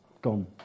Gone